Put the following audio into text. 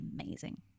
amazing